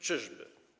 Czyżby?